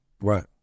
Right